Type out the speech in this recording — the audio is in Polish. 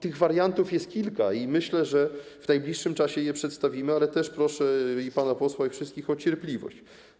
Tych wariantów jest kilka i myślę, że w najbliższym czasie je przedstawimy, ale też proszę i pana posła, i wszystkich o cierpliwość.